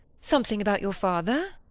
something about your father?